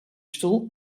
stoel